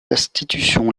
institution